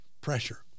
Pressure